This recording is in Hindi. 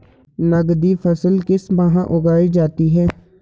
नकदी फसल किस माह उगाई जाती है?